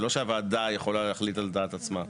זה לא שהוועדה יכולה להחליט על דעת עצמה.